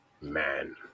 man